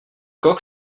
coq